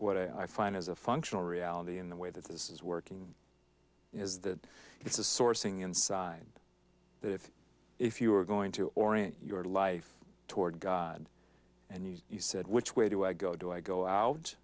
what i find as a functional reality in the way that this is working is that it's a sourcing inside that if if you were going to orient your life toward god and you said which way do i go do i go out